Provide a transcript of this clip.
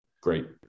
Great